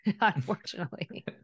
unfortunately